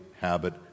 habit